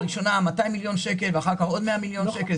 הראשונה 200 מיליון שקלים ואחר כך עוד 100 מיליון שקלים.